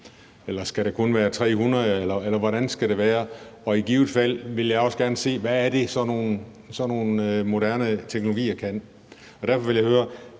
Eller skal det kun omfatte 300, eller hvordan skal det være? Og i givet fald ville jeg også gerne se, hvad sådan nogle moderne teknologier kan. Derfor vil jeg høre,